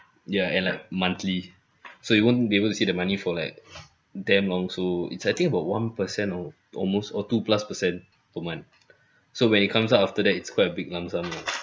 yeah and like monthly so you won't be able to see the money for like damn long so it's I think about one percent or almost or two plus percent per month so when it comes up after that it's quite a big lump sum lah